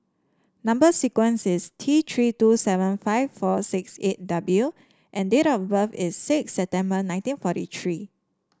number sequence is T Three two seven five four six eight W and date of birth is six September nineteen forty three